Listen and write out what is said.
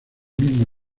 misma